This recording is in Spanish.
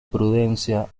prudencia